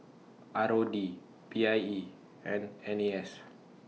R O D P I E and N A S